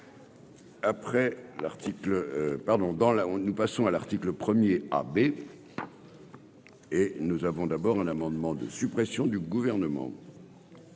nous passons à l'article 1er et nous avons d'abord un amendement de suppression du gouvernement.